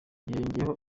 yongeyeho